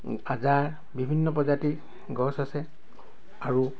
আজাৰ বিভিন্ন প্ৰজাতিৰ গছ আছে আৰু